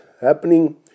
happening